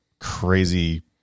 crazy